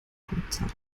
punktzahl